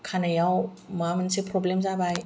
खानायाव माबा मोनसे प्रब्लेम जाबाय